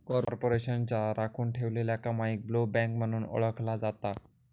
कॉर्पोरेशनच्या राखुन ठेवलेल्या कमाईक ब्लोबॅक म्हणून ओळखला जाता